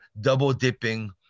double-dipping